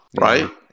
Right